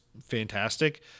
fantastic